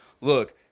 look